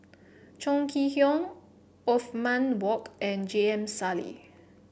Chong Kee Hiong Othman Wok and J M Sali